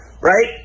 right